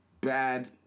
bad